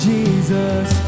Jesus